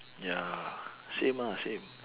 ya same ah same